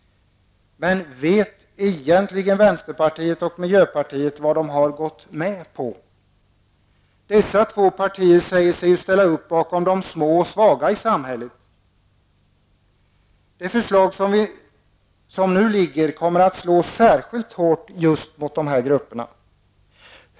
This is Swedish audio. Men vet egentligen vänsterpartiet och miljöpartiet vad de har gått med på? Dessa två partier säger sig ställa upp bakom de små och svaga i samhället. Det förslag som nu föreligger kommer att slå särskilt hårt just mot dessa grupper.